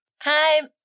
Hi